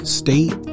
state